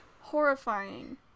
horrifying